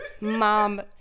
mom